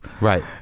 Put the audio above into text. Right